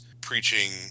preaching